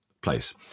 place